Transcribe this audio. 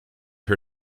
her